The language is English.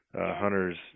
hunters